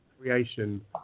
creation